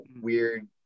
weird